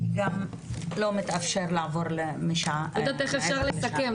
כי גם לא מתאפשר לעבור מעבר לשעה 11:00. אני לא יודעת איך אפשר לסכם,